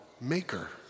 maker